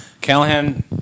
Callahan